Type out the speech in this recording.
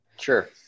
Sure